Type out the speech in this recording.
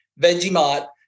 Vegemite